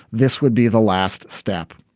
this would be the last step.